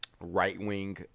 Right-wing